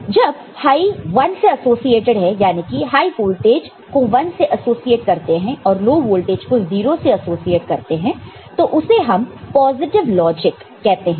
तो जब हाई 1 से एसोसिएटेड है यानी कि हाई वोल्टेज को 1 से एसोसिएट करते हैं और लो वोल्टेज को 0 से एसोसिएट करते हैं तो उसे हम पॉजिटिव लॉजिक कहते हैं